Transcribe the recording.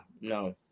No